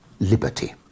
liberty